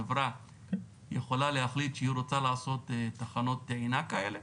חברה יכולה להחליט שהיא רוצה לעשות תחנות טעינה כאלה?